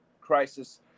crisis